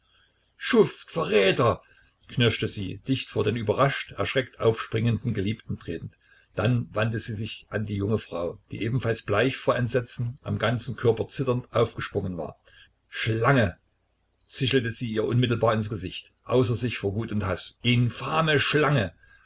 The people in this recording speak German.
schuft verräter knirschte sie dicht vor den überrascht erschreckt aufspringenden geliebten tretend dann wandte sie sich an die junge frau die ebenfalls bleich vor entsetzen am ganzen körper zitternd aufgesprungen war schlange zischelte sie ihr unmittelbar ins gesicht außer sich vor wut und haß infame schlange